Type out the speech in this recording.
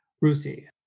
Ruthie